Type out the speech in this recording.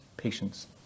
Patience